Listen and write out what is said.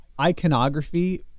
iconography